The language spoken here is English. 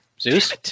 Zeus